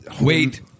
Wait